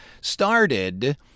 started